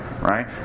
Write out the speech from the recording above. Right